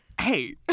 Hey